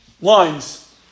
lines